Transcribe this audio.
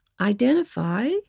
identify